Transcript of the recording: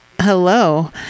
Hello